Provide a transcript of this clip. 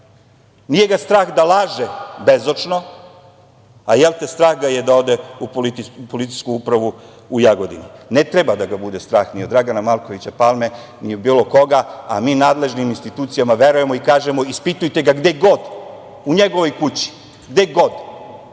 nije ga strah da laže bezočno, a jel, te, strah ga je da ode u policijsku upravu u Jagodini? Ne treba da ga bude strah ni od Dragana Markovića Palme, ni od bilo koga, a mi nadležnim institucijama verujemo i kažemo – ispitajte ga gde god, u njegovoj kući, gde god,